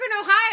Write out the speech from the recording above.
ohio